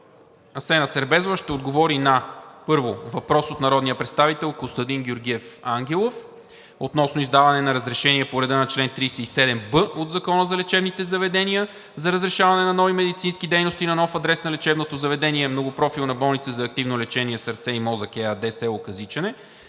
Асена Сербезова ще отговори първо на въпрос от народния представител Костадин Георгиев Ангелов относно издаване на разрешение по реда на чл. 37б от Закона за лечебните заведения за разрешаване на нови медицински дейности на нов адрес на лечебното заведение Многопрофилна болница за активно лечение „Сърце и Мозък“ ЕАД – село Казичене,